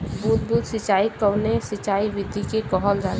बूंद बूंद सिंचाई कवने सिंचाई विधि के कहल जाला?